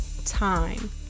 time